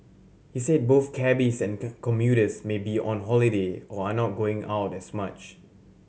he said both cabbies and commuters may be on holiday or are not going out as much